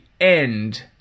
end